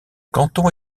canton